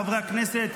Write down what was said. חברי הכנסת,